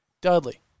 Dudley